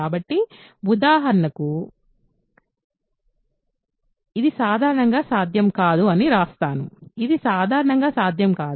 కాబట్టి ఉదాహరణకు ఇది సాధారణంగా సాధ్యం కాదు అని వ్రాస్తాను ఇది సాధారణంగా సాధ్యం కాదు